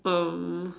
um